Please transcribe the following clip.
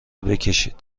بکشید